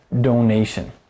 donation